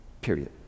period